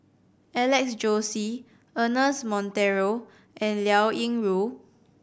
Alex Josey Ernest Monteiro and Liao Yingru